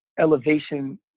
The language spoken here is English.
elevation